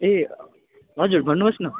ए हजुर भन्नुहोस् न